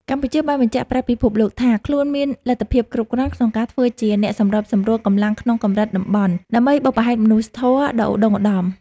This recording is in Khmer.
កម្ពុជាបានបញ្ជាក់ប្រាប់ពិភពលោកថា ខ្លួនមានលទ្ធភាពគ្រប់គ្រាន់ក្នុងការធ្វើជាអ្នកសម្របសម្រួលកម្លាំងក្នុងកម្រិតតំបន់ ដើម្បីបុព្វហេតុមនុស្សធម៌ដ៏ឧត្តុង្គឧត្តម។